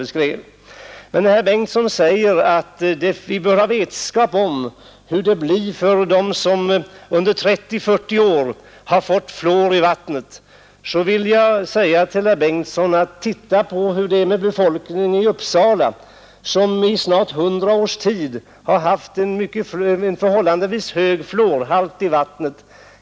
Men när herr Bengtsson säger att vi ingenting vet om vad som händer med dem som under 30 eller 40 år druckit fluoriderat vatten vill jag rekommendera herr Bengtsson att studera vad som hänt med befolkningen i Uppsala som i snart hundra år haft en förhållandevis hög fluorhalt i sitt vatten.